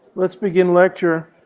let's begin lecture.